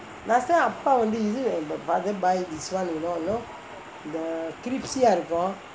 last time அப்பா வந்து இது வாங்கிட்டு:appa vanthu ithu vaangittu father buy this [one] you know crispy ah இருக்கும்:irukkum